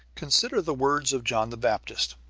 consider the words of john the baptist,